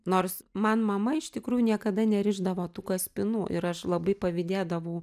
nors man mama iš tikrųjų niekada nerišdavo tų kaspinų ir aš labai pavydėdavau